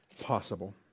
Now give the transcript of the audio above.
possible